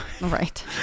Right